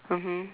mmhmm